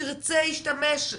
ירצה ישתמש,